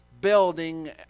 building